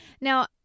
Now